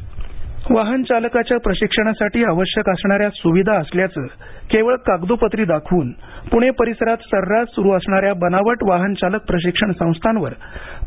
परिवहन कारवाई वाहन चालकाच्या प्रशिक्षणासाठी आवश्यक असणाऱ्या सुविधा असल्याचं केवळ कागदोपत्री दाखवून पुणे परिसरात सर्रास सुरु असणाऱ्या बनावट वाहन चालक प्रशिक्षण संस्थांवर